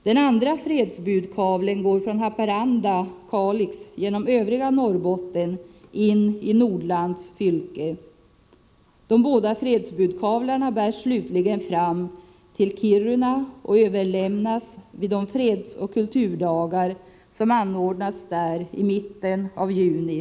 Den andra fredsbudkavlen går från Haparanda och Kalix genom övriga Norrbotten in i Nordlands fylke. De båda fredsbudkavlarna bärs slutligen fram till Kiruna och överlämnas vid de fredsoch kulturdagar som anordnas där i mitten av juni.